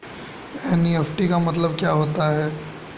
NEFT का मतलब क्या होता है?